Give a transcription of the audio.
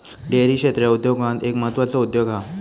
dairy क्षेत्र उद्योगांत एक म्हत्त्वाचो उद्योग हा